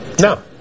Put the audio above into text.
No